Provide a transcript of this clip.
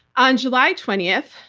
on july twentieth,